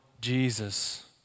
Jesus